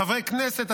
חברי כנסת,